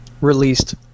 released